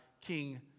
King